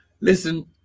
listen